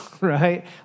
right